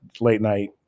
late-night